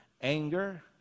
anger